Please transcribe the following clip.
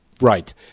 Right